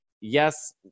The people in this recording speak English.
yes